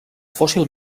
fòssil